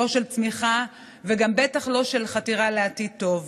לא של צמיחה וגם בטח לא של חתירה לעתיד טוב,